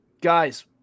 Guys